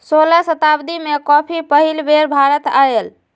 सोलह शताब्दी में कॉफी पहिल बेर भारत आलय